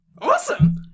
Awesome